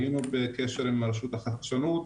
היינו בקשר עם הרשות לחדשנות.